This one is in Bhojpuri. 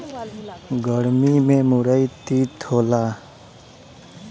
गरमी में मुरई तीत होला